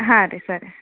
ಹಾಂ ರೀ ಸರಿ